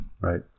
Right